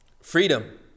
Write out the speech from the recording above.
freedom